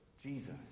Jesus